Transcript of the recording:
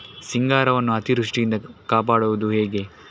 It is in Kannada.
ಸಿಂಗಾರವನ್ನು ಅತೀವೃಷ್ಟಿಯಿಂದ ಕಾಪಾಡುವುದು ಹೇಗೆ?